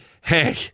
hey